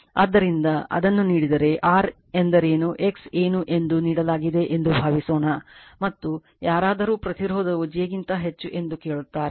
ಆದ್ದರಿಂದ ಅದನ್ನು ನೀಡಿದರೆ r ಎಂದರೇನು x ಏನು ಎಂದು ನೀಡಲಾಗಿದೆ ಎಂದು ಭಾವಿಸೋಣ ಮತ್ತು ಯಾರಾದರೂ ಪ್ರತಿರೋಧವು j ಗಿಂತ ಹೆಚ್ಚು ಎಂದು ಕೇಳುತ್ತಾರೆ